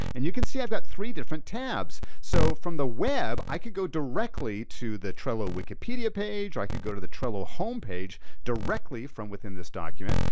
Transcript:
and you can see i've got three different tabs, so from the web i could go directly to the trello wikipedia page or i could go to the trello homepage directly from within this document.